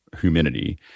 humidity